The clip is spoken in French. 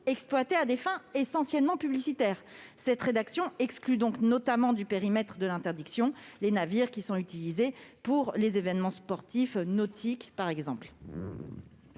exploitée à des fins essentiellement publicitaires. Cette rédaction exclut donc notamment du périmètre de l'interdiction les navires qui sont utilisés pour les événements sportifs nautiques. Le